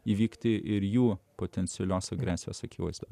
įvykti ir jų potencialios agresijos akivaizdoje